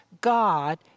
God